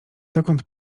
dokąd